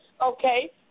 Okay